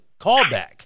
callback